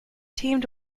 teamed